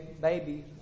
baby